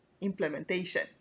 implementation